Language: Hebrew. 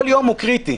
כל יום הוא קריטי.